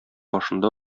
башында